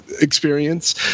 experience